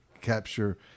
capture